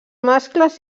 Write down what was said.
mascles